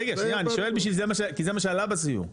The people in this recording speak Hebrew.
רגע אני שואל כי זה מה שעלה בסיור,